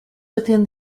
within